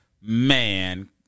Man